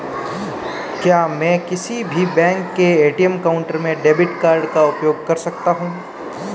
क्या मैं किसी भी बैंक के ए.टी.एम काउंटर में डेबिट कार्ड का उपयोग कर सकता हूं?